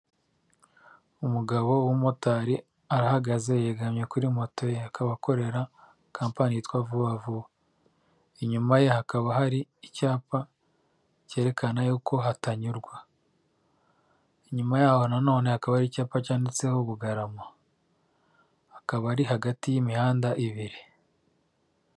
Umugabo w'umumotari arahagaze yegamye kuri moto ye, akaba akorera kampani yitwa vuba vuba, inyuma ye hakaba hari icyapa cyerekana hatanyurwa, inyuma yaho na none hakaba hari icyapa cyantseho bugarama, akaba ari hagati y'imihanda ibiri.